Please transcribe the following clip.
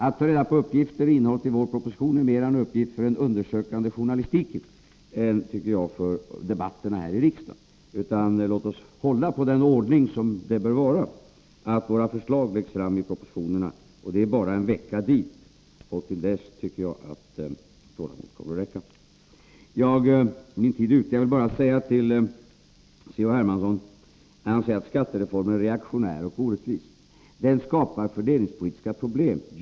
Att ta reda på innehållet i propositionen är, enligt min mening, mera en uppgift för den undersökande journalistiken än för debatterna här i riksdagen. Låt oss hålla på den ordning som gäller: att våra förslag läggs fram i propositionerna. Det rör sig nu om bara en vecka, och jag tycker att tålamodet skall kunna räcka till dess. Min tid är ute, men jag vill säga några ord till C.-H. Hermansson. Han påstod att skattereformen är reaktionär och orättvis. Den skapar fördelningspolitiska problem, sade han.